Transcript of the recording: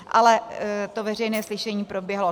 Ale to veřejné slyšení proběhlo.